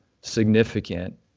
significant